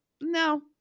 no